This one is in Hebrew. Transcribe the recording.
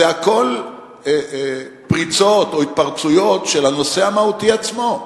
זה הכול פריצות או התפרצויות של הנושא המהותי עצמו,